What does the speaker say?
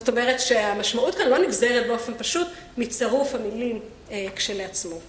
זאת אומרת שהמשמעות כאן לא נגזרת באופן פשוט מצרוף המילים כשלעצמו.